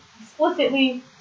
explicitly